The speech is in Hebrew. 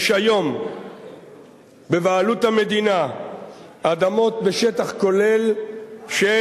יש היום בבעלות המדינה אדמות בשטח כולל של